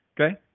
Okay